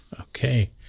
okay